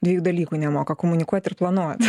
dviejų dalykų nemoka komunikuot ir planuot